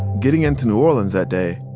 getting into new orleans that day,